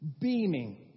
beaming